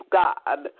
god